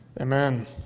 Amen